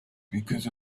because